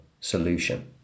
solution